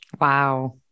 wow